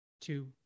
two